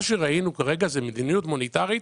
מה שראינו זאת מדיניות מוניטרית,